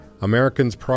Americans